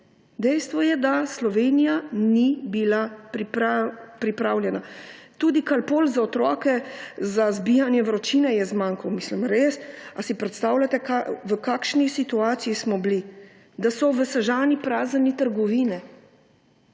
Dejstvo je, da Slovenija ni bila pripravljena. Tudi Calpola za otroke, za zbijanje vročine je zmanjkalo. Ali si predstavljate v kakšni situaciji smo bili? Da so v Sežani praznili trgovine.